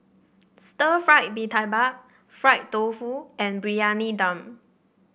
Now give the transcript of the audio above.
Stir Fried Mee Tai Mak Fried Tofu and Briyani Dum